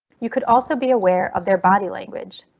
you could also be aware of their body language.